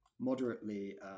moderately